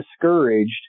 discouraged